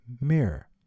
Mirror